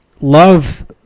love